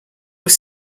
were